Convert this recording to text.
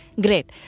Great